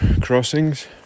crossings